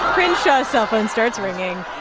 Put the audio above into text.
crenshaw's cellphone starts ringing.